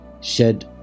shed